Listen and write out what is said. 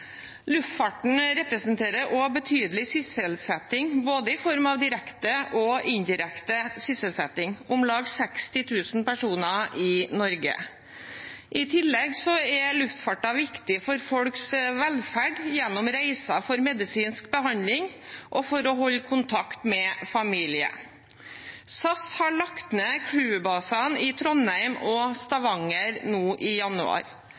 Luftfarten representerer også betydelig sysselsetting, i form av både direkte og indirekte sysselsetting, om lag 60 000 personer i Norge. I tillegg er luftfarten viktig for folks velferd, gjennom reiser for medisinsk behandling og for å holde kontakt med familie. SAS la ned crew-basene i Trondheim og Stavanger nå i januar.